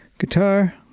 Guitar